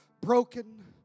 broken